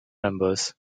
members